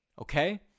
Okay